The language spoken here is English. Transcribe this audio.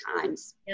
times